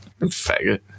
faggot